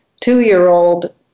two-year-old